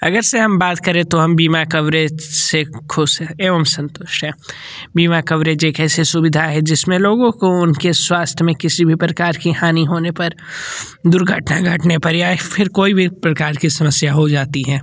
अगरचे हम बात करे तो हम बिमा कवरेज से ख़ुश हैं एवं संतुष्ट हैं बिमा कवरेज एक ऐसी सुविधा है जिसमें लोगों को उनके स्वास्थ्य में किसी भी प्रकार की हानि होने पर दुर्घटना घटने पर या फिर कोई भी एक प्रकार की समस्या हो जाती है